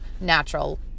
natural